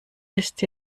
ist